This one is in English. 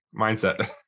mindset